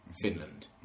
Finland